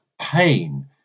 pain